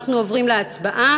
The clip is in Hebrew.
אנחנו עוברים להצבעה